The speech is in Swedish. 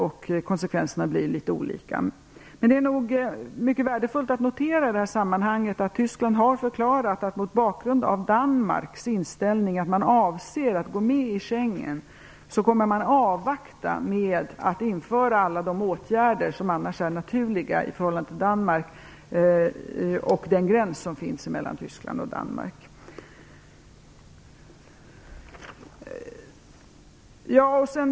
Det är mycket värdefullt att i detta sammanhang kunna notera att Tyskland - mot bakgrund av att Danmark avser att gå med i Schengensamarbetet - har förklarat att man kommer att avvakta med att införa alla de åtgärder som annars skulle vara naturliga i förhållande till Danmark med tanke på den gräns som finns mellan Tyskland och Danmark.